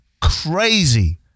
crazy